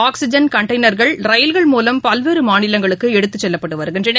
oxygen கண்டெய்ளா்கள் ரயில்கள் மூலம் பல்வேறு மாநிலங்களுக்கு எடுத்துச் செல்லப்பட்டு வருகின்றன